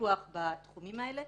בפיקוח בתחומים האלה.